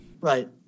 Right